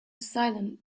silent